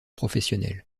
professionnels